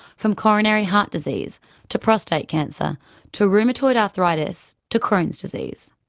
from coronary heart disease to prostate cancer to rheumatoid arthritis to crohn's disease.